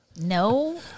No